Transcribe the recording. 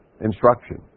instruction